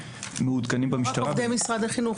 מעודכנים במשטרה --- לא רק עובדי משרד החינוך.